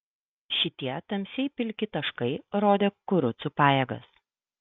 šitie tamsiai pilki taškai rodė kurucų pajėgas